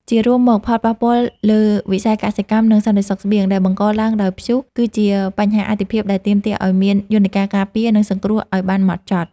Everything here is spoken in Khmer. ជារួមមក ផលប៉ះពាល់លើវិស័យកសិកម្ម និងសន្តិសុខស្បៀង ដែលបង្កឡើងដោយព្យុះ គឺជាបញ្ហាអាទិភាពដែលទាមទារឱ្យមានយន្តការការពារ និងសង្គ្រោះឱ្យបានហ្មត់ចត់។